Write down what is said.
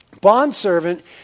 bondservant